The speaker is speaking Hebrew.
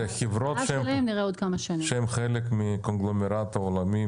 זה פחות נוגע לחברות שהן חלק מקונגלומרט עולמי,